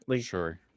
sure